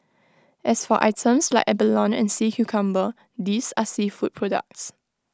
as for items like abalone and sea cucumber these are seafood products